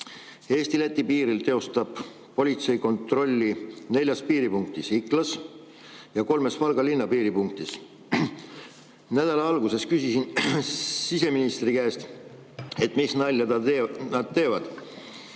Eesti-Läti piiril teostab politsei kontrolli neljas piiripunktis: Iklas ja kolmes Valga linna piiripunktis. Nädala alguses küsisin siseministri käest, mis nalja nad teevad: